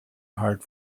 hard